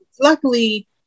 Luckily